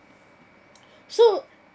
so